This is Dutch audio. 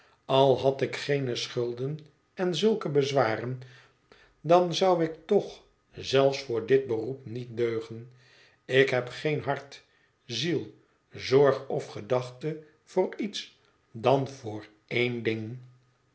al had ik geene schulden en zulke bezwaren dan zou ik toch zelfs voor dit beroep niet deugen ik heb geen hart ziel zorg of gedachte voor iets dan voor één ding